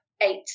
eight